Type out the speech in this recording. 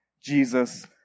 Jesus